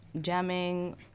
jamming